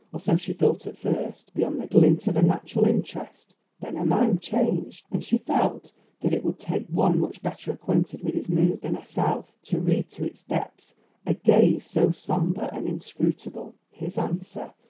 or so she thought at first, beyond the glint of a natural interest then her mind changed, and she felt that it would take one much better acquainted with his moods than herself to read to its depths a gaze so sombre and inscrutable. his answer,